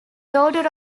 daughter